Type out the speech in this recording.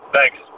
Thanks